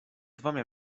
dwoma